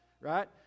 right